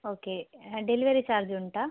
okay delivery charge ಉಂಟಾ